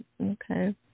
Okay